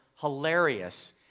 hilarious